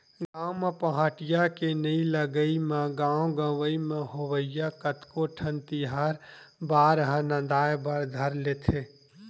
गाँव म पहाटिया के नइ लगई म गाँव गंवई म होवइया कतको ठन तिहार बार ह नंदाय बर धर लेथे